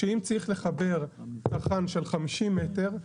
שאם צריך לחבר --- של 50 מטר,